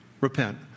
Repent